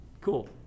Cool